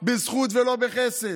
בזכות ולא בחסד,